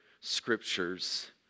scriptures